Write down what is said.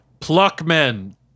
Pluckmen